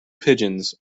pigeons